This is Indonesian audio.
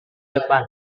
depan